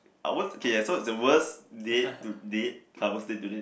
I won't okay so it's the worst date to date ya worst date to date